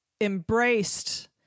embraced